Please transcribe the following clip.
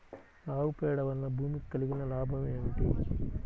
ఆవు పేడ వలన భూమికి కలిగిన లాభం ఏమిటి?